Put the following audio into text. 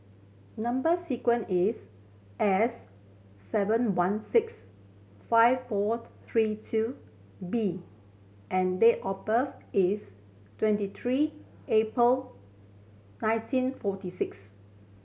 number sequence is S seven one six five four three two B and date of birth is twenty three April nineteen forty six